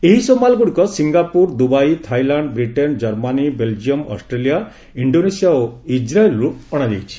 ଏହିସବୁ ମାଲ୍ଗୁଡ଼ିକ Singapore Dubai Thailand Britain Germany Belgium Australia Indonesia ଓ ଇକ୍ରାଏଲ୍ରୁ ଅଣାଯାଇଛି